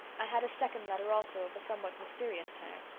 i had a second letter also of a somewhat mysterious tenor.